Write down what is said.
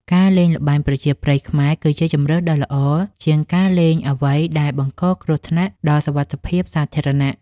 ការលេងល្បែងប្រជាប្រិយខ្មែរ គឺជាជម្រើសដ៏ល្អជាងការលេងអ្វីដែលបង្កគ្រោះថ្នាក់ដល់សុវត្ថិភាពសាធារណៈ។